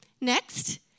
Next